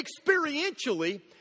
experientially